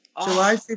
July